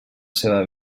seva